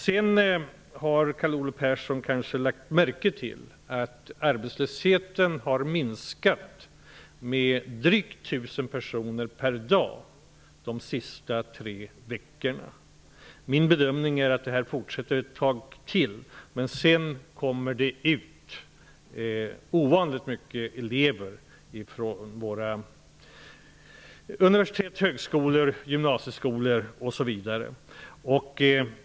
Carl Olov Persson har kanske lagt märke till att arbetslösheten har minskat med drygt 1 000 personer per dag de senaste tre veckorna. Min bedömning är att den kommer att fortsätta att minska ett tag till, men sedan kommer det ut ovanligt många elever från våra universitet, högskolor, gymnasieskolor osv.